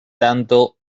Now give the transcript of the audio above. tanto